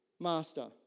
Master